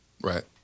Right